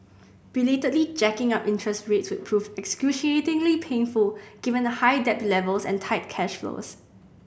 belatedly jacking up interest rates would prove excruciatingly painful given high debt levels and tight cash flows